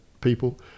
people